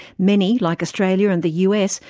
many, like australia and the us,